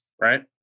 right